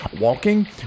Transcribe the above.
Walking